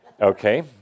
Okay